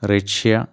Russia